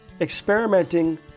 experimenting